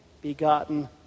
begotten